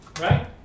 right